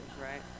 right